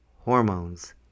hormones